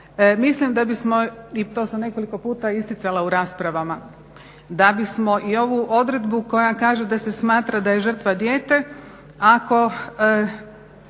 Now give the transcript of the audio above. Mislim da bismo i to sam nekoliko puta isticala u raspravama, da bismo i ovu odredbu koja kaže da se smatra da je žrtva dijete ako